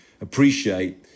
appreciate